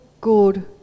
good